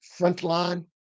Frontline